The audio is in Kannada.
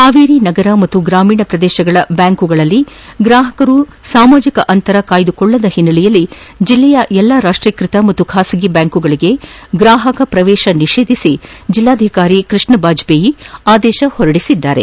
ಹಾವೇರಿ ನಗರ ಮತ್ತು ಗ್ರಾಮೀಣ ಪ್ರದೇಶಗಳ ಬ್ಲಾಂಕ್ಗಳಲ್ಲಿ ಗ್ರಾಹಕರು ಸಾಮಾಜಿಕ ಅಂತರ ಕಾಯ್ಲುಕೊಳ್ಳದ ಹಿನ್ನೆಲೆಯಲ್ಲಿ ಜಿಲ್ಲೆಯ ಎಲ್ಲ ರಾಷ್ಷೀಕೃತ ಮತ್ತು ಬಾಸಗಿ ಬ್ಯಾಂಕ್ಗಳಿಗೆ ಗ್ರಾಪಕ ಪ್ರವೇತ ನಿಷೇಧಿಸಿ ಜಿಲ್ಲಾಧಿಕಾರಿ ಕೃಷ್ಣ ಬಾಜಪೇಯಿ ಆದೇತ ಹೊರಡಿಸಿದ್ದಾರೆ